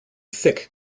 thick